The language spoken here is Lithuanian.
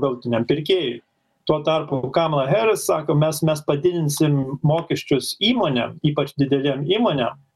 galutiniam pirkėjui tuo tarpu kamila heris sako mes mes padidinsim mokesčius įmonėm ypač didelėm įmonėm